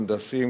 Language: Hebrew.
הנדסיים,